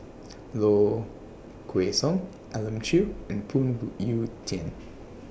Low Kway Song Elim Chew and Phoon Yew Tien